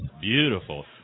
Beautiful